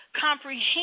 comprehend